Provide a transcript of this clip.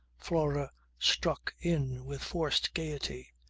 flora struck in with forced gaiety.